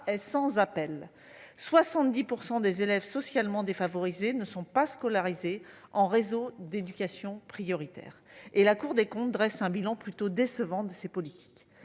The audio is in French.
est sans appel : 70 % des élèves socialement défavorisés ne sont pas scolarisés en réseau d'éducation prioritaire, tandis que la Cour des comptes dresse un bilan plutôt décevant de ces politiques.